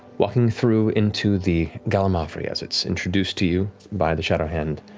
walking through into the gallimaufry, as it's introduced to you by the shadowhand.